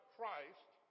Christ